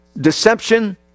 Deception